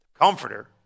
Comforter